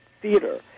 theater